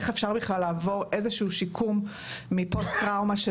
איך אפשר בכלל לעבור איזשהו שיקום מפוסט טראומה של